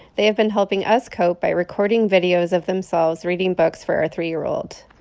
they have been helping us cope by recording videos of themselves reading books for our three year old.